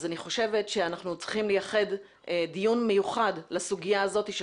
אני חושבת שאנחנו צריכים לייחד דיון מיוחד לסוגיה הזאת של